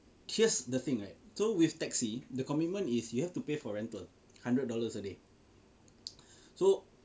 here's the thing right so with taxi the commitment is you have to pay for rental hundred dollars a day so